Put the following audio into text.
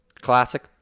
Classic